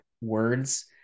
words